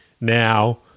now